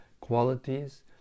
qualities